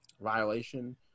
violation